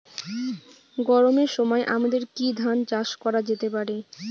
গরমের সময় আমাদের কি ধান চাষ করা যেতে পারি?